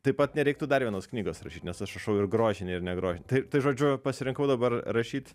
taip pat nereiktų dar vienos knygos rašyt nes aš rašau ir grožinę ir negrožinę tai tai žodžiu pasirinkau dabar rašyt